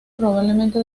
probablemente